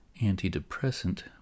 antidepressant